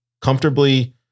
comfortably